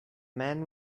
man